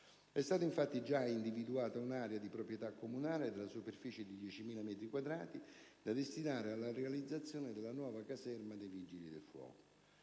È stata infatti già individuata un'area di proprietà comunale della superficie di 10.000 metri quadrati, da destinare alla realizzazione della nuova caserma dei Vigili del fuoco.